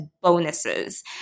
bonuses